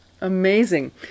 Amazing